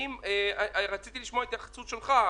רציתי לשמוע התייחסות שלך,